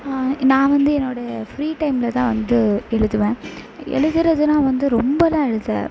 நான் வந்து என்னோட ஃப்ரீ டைமில் தான் வந்து எழுதுவேன் எழுதுவதுனா வந்து ரொம்பெலாம் எழுத